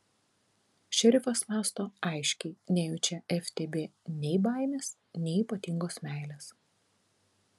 šerifas mąsto aiškiai nejaučia ftb nei baimės nei ypatingos meilės